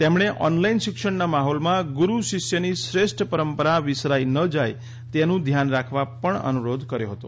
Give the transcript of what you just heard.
તેમણે ઓનલાઈન શિક્ષણના માહોલમાં ગુરૂ શિષ્યની શ્રેષ્ઠ પરંપરા વિસરાઈ ન જાય તેનું ધ્યાન રાખવા પણ અનુરોધ કર્યો હતો